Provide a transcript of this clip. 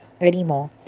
anymore